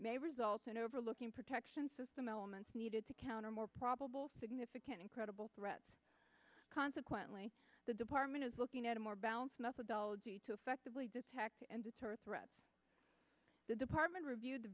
may result in overlooking protection system elements needed to counter more probable significant and credible threat consequently the department is looking at a more balanced methodology to effectively detect and deter threats the department reviewed